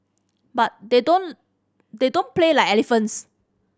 but they don't they don't play like elephants